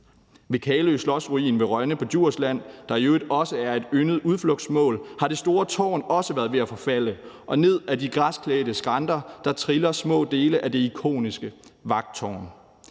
Ved Kalø Slotsruin ved Rønde på Djursland, der i øvrigt også er et yndet udflugtsmål, har det store tårn også været ved at forfalde, og ned ad de græsklædte skrænter triller små dele af det ikoniske vagttårn.